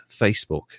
Facebook